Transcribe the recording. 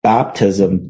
Baptism